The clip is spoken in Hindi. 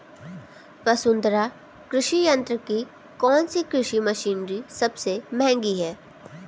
वसुंधरा कृषि यंत्र की कौनसी कृषि मशीनरी सबसे महंगी है?